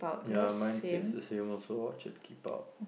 ya mine says the same also watch it keep out